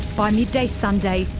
by midday sunday,